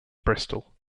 bristol